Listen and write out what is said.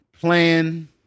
Plan